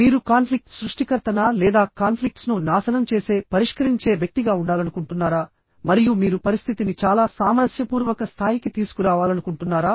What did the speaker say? మీరు కాన్ఫ్లిక్ట్ సృష్టికర్తనా లేదా కాన్ఫ్లిక్ట్స్ ను నాశనం చేసే పరిష్కరించే వ్యక్తిగా ఉండాలనుకుంటున్నారా మరియు మీరు పరిస్థితిని చాలా సామరస్యపూర్వక స్థాయికి తీసుకురావాలనుకుంటున్నారా